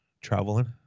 traveling